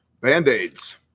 Band-aids